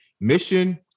mission